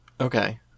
Okay